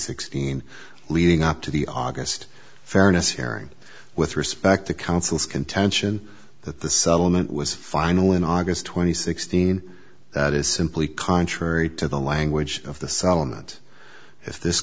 sixteen leading up to the august fairness hearing with respect to counsel's contention that the settlement was final in august twenty sixth scene that is simply contrary to the language of the settlement if this